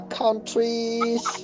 countries